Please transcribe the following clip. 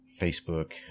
Facebook